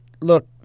look